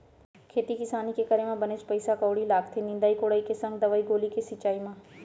खेती किसानी के करे म बनेच पइसा कउड़ी लागथे निंदई कोड़ई के संग दवई गोली के छिंचाई म